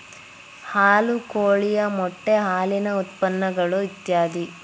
ಹಾಲು ಕೋಳಿಯ ಮೊಟ್ಟೆ ಹಾಲಿನ ಉತ್ಪನ್ನಗಳು ಇತ್ಯಾದಿ